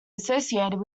associated